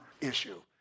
issue